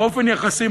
באופן יחסי,